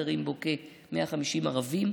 גרים בו כ-150 ערבים,